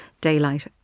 daylight